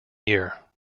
year